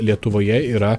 lietuvoje yra